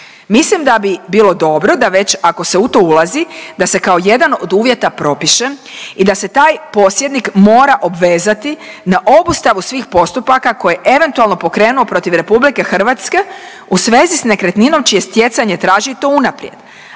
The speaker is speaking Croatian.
Mislim da bi bilo dobro da već ako se u to ulazi da se kao jedan od uvjeta propiše i da se taj posjednik mora obvezati na obustavu svih postupaka koje je eventualno pokrenuo protiv RH u svezi s nekretninom čije stjecanje je tražito unaprijed,